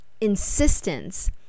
insistence